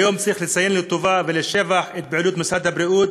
היום צריך לציין לטובה ולשבח את פעילות משרד הבריאות,